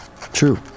True